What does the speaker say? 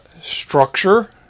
structure